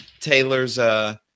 Taylor's